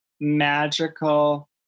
magical